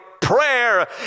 prayer